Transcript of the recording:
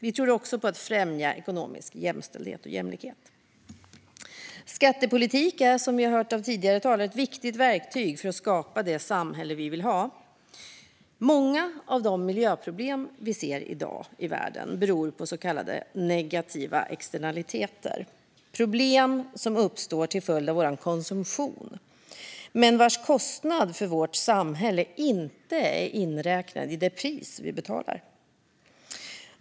Vi tror också på att främja ekonomisk jämställdhet och jämlikhet. Som vi hört av tidigare talare är skattepolitik ett viktigt verktyg för att skapa det samhälle vi vill ha. Många av de miljöproblem vi ser i världen i dag beror på så kallade negativa externaliteter, problem som uppstår till följd av vår konsumtion men vars kostnader för vårt samhälle inte är inräknade i det pris vi betalar.